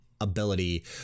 ability